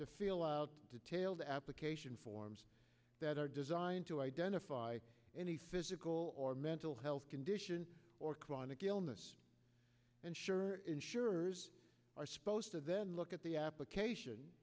to feel out detailed application forms that are designed to identify any physical or mental health condition or chronic illness and sure insurers are supposed to then look at the application